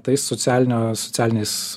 tai socialinio socialinės